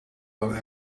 dan